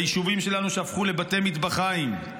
ליישובים שלנו שהפכו לבתי מטבחיים,